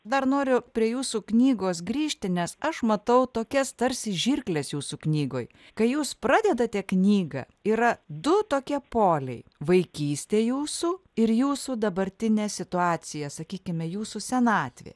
dar noriu prie jūsų knygos grįžti nes aš matau tokias tarsi žirkles jūsų knygoj kai jūs pradedate knygą yra du tokie poliai vaikystė jūsų ir jūsų dabartinė situacija sakykime jūsų senatvė